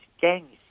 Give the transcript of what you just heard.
gangs